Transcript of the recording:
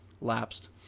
lapsed